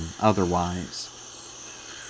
otherwise